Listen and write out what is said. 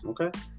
Okay